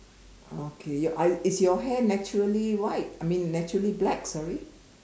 okay your eyes is your hair naturally white I mean naturally black sorry